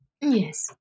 Yes